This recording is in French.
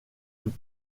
tout